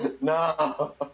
No